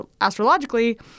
astrologically